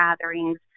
gatherings